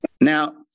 now